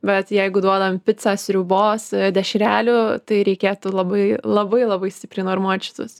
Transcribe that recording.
bet jeigu duodam picą sriubos dešrelių tai reikėtų labai labai labai stipriai normuot šitus